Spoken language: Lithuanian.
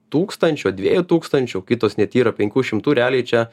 tūkstančio dviejų tūkstančių kitos net yra penkių šimtų realiai čia